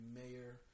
mayor